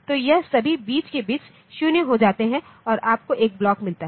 तो यह सभी बीच के बिट्स 0 हो जाते हैं और आपको एक ब्लॉक मिलता है